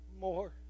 more